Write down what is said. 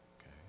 okay